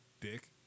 Dick